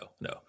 no